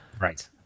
right